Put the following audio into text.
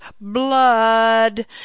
blood